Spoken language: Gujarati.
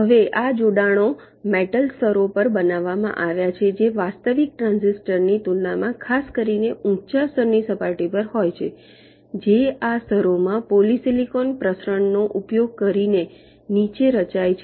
હવે આ જોડાણો મેટલ સ્તરો પર બનાવવામાં આવ્યા છે જે વાસ્તવિક ટ્રાંઝિસ્ટર ની તુલનામાં ખાસ કરીને ઊંચા સ્તરની સપાટી પર હોય છે જે આ સ્તરોમાં પોલિસિલિકોન પ્રસરણનો ઉપયોગ કરીને નીચે રચાય છે